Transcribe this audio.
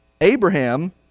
Abraham